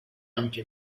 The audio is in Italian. ampie